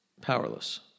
powerless